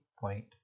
point